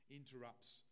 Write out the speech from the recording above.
interrupts